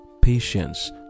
patience